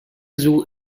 zoo